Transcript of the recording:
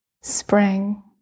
spring